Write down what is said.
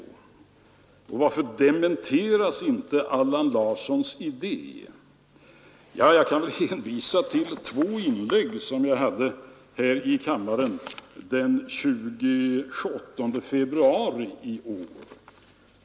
Varför dementeras inte Allan Larssons idé? Jag vill här hänvisa till två inlägg som jag hade här i kammaren den 28 febaruari i år.